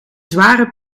zware